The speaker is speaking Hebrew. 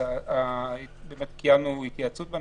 קיימנו התייעצות.